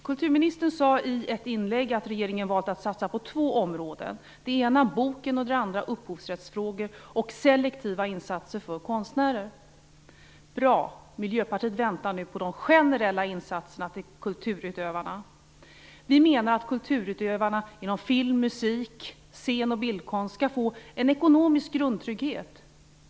Kulturministern sade i ett inlägg att regeringen valt att satsa på två områden, det ena boken och det andra upphovsrättsfrågor och selektiva insatser för konstnärer. Det är bra. Miljöpartiet väntar nu på de generella insatserna för kulturutövarna. Vi menar att kulturutövarna inom områdena film, musik, scen och bildkonst skall få en ekonomisk grundtrygghet.